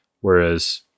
Whereas